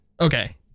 Okay